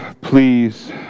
please